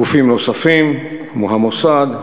גופים נוספים כמו המוסד,